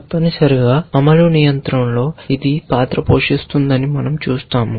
తప్పనిసరిగా అమలు నియంత్రణలో ఇది పాత్ర పోషిస్తుందని మనం చూస్తాము